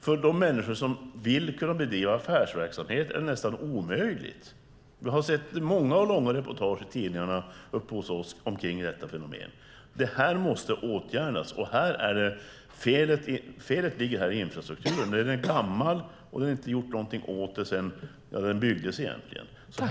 För de människor som vill kunna bedriva affärsverksamhet är det nästan omöjligt. Jag har sett många och långa reportage i tidningarna hos oss om detta fenomen. Detta måste åtgärdas. Felet ligger i infrastrukturen. Den är gammal, och det är inte gjort någonting åt det sedan den egentligen byggdes.